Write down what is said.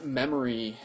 memory